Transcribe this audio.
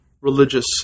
Religious